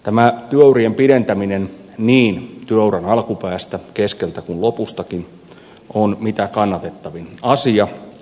tämä työurien pidentäminen niin työuran alkupäästä keskeltä kuin lopustakin on mitä kannatettavin asia